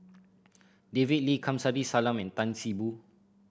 David Lee Kamsari Salam and Tan See Boo